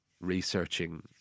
researching